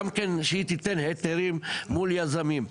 גם כן, שהיא תיתן היתרים מול יזמים.